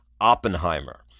Oppenheimer